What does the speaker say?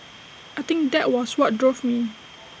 I think that was what drove me